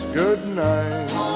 goodnight